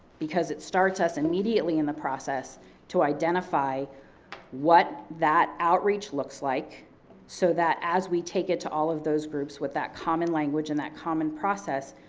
because it starts us immediately in the process to identify what that outreach looks like so that as we take it to all of those groups with that common language and that common process.